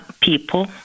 people